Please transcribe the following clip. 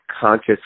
conscious